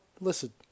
listen